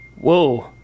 Whoa